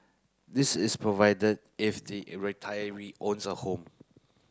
this is provided if the retiree owns a home